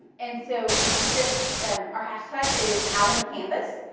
and so we just um our hashtag is allen canvas.